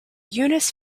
eunice